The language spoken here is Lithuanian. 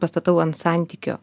pastatau ant santykio